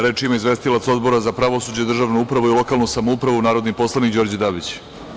Reč ima izvestilac Odbora za pravosuđe, državnu upravu i lokalnu samoupravu, narodni poslanik Đorđe Dabić.